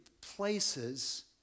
places